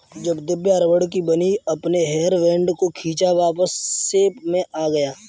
जब दिव्या रबड़ की बनी अपने हेयर बैंड को खींचा वापस शेप में आ गया